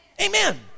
Amen